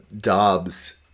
Dobbs